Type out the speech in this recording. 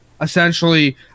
essentially